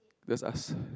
just ask